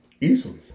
Easily